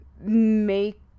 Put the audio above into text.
make